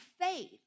faith